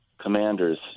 commanders